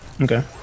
Okay